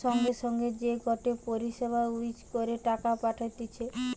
সঙ্গে সঙ্গে যে গটে পরিষেবা ইউজ করে টাকা পাঠতিছে